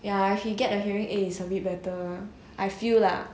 ya he get a hearing aid is a bit better I feel lah